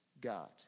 God